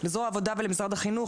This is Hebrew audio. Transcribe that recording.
לזרוע העבודה ולמשרד החינוך,